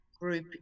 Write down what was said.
group